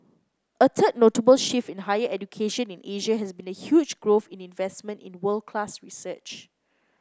a third notable shift in higher education in Asia has been the huge growth in investment in world class research